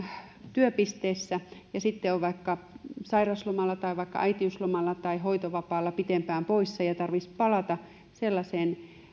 työpisteessä ja sitten on sairauslomalla tai vaikka äitiyslomalla tai hoitovapaalla pitempään poissa ja tarvitsisi palata sellaiseen